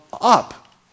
up